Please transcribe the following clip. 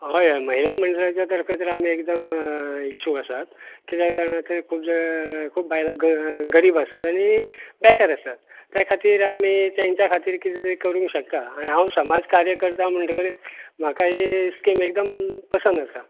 हय हय ह्या महिला मंडळा तर्फे तर आमी एकदम इत्शूक आसात कित्याक जाणां ते खूब जा खूब बायलां गरीब आसात आनी बेकार आसात त्या खातीर आमी तांच्या खातीर कितें तरी करूंक शकतात आनी हांव समाज कार्य करता म्हणटकच म्हाका ही स्कीम एकदम पसंद आसा